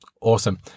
awesome